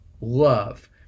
love